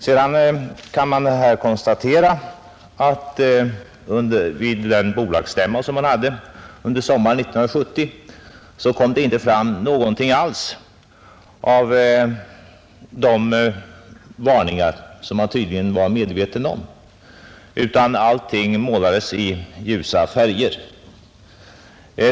Det kan vidare konstateras att det vid den bolagsstämma, som hölls under sommaren 1970, inte kom fram något alls av de varningar, som man tydligen kände till, utan att allting målades i ljusa färger.